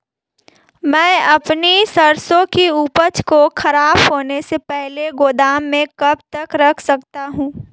मैं अपनी सरसों की उपज को खराब होने से पहले गोदाम में कब तक रख सकता हूँ?